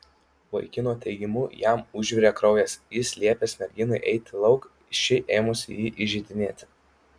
vaikino teigimu jam užvirė kraujas jis liepęs merginai eiti lauk ši ėmusi jį įžeidinėti